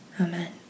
Amen